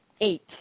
eight